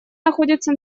находится